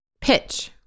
pitch